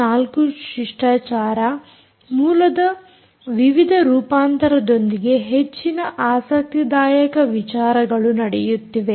4 ಶಿಷ್ಟಾಚಾರ ಮೂಲದ ವಿವಿಧ ರೂಪಾಂತರದೊಂದಿಗೆ ಹೆಚ್ಚಿನ ಆಸಕ್ತಿದಾಯಕ ವಿಚಾರಗಳು ನಡೆಯುತ್ತಿವೆ